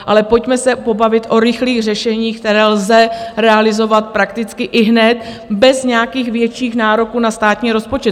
Ale pojďme se pobavit o rychlých řešeních, která lze realizovat prakticky ihned, bez nějakých větších nároků na státní rozpočet.